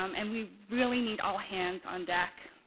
um and we really need all hands on deck,